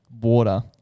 Water